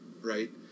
right